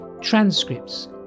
transcripts